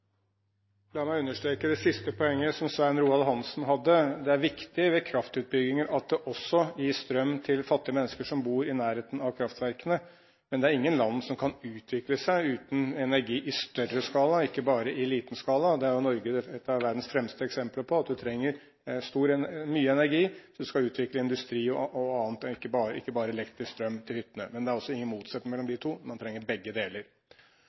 viktig ved kraftutbygginger at det også gis strøm til fattige mennesker som bor i nærheten av kraftverkene, men det er ingen land som kan utvikle seg uten energi i større skala. Norge er et av verdens fremste eksempler på at man trenger mye energi hvis man skal utvikle industri og annet og ikke bare elektrisk strøm til hyttene. Det er ingen motsetning mellom de to, man trenger begge deler.